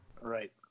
Right